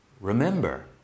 remember